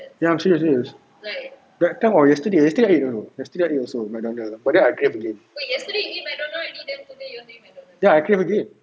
ya I'm serious serious that time what yesterday yesterday I eat also yesterday I eat also McDonald but then I crave again ya I crave again